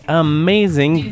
amazing